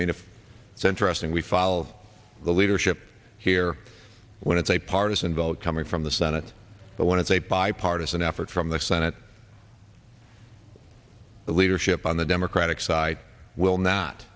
e it so interesting we follow the leadership here when it's a partisan vote coming from the senate but when it's a bipartisan effort from the senate leadership on the democratic side will not